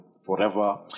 forever